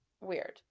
Weird